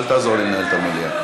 אל תעזור לי לנהל את המליאה.